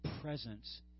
presence